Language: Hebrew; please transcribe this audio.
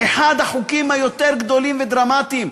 אחד החוקים היותר גדולים ודרמטיים.